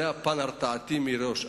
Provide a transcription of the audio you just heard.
זה פן הרתעתי, מראש.